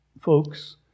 folks